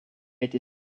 été